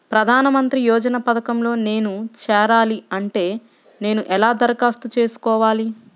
ప్రధాన మంత్రి యోజన పథకంలో నేను చేరాలి అంటే నేను ఎలా దరఖాస్తు చేసుకోవాలి?